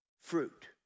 fruit